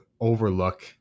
overlook